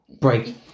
break